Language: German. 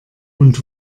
und